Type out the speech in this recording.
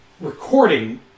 recording